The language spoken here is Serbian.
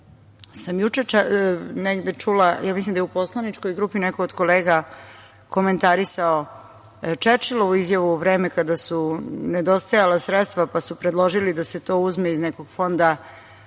Juče sam čula, mislim da je u poslaničkoj grupi neko od kolega komentarisao, Čerčilovu izjavu u vreme kada su nedostajala sredstva pa su predložili da se to uzme iz nekog fonda